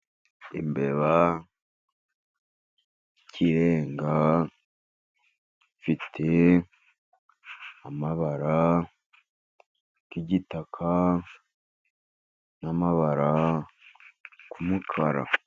Imbeba ikirenga ifite amabara y'igitaka n'amabara y'umukara.